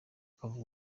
akavuga